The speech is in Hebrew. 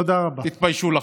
תתביישו לכם.